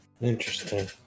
Interesting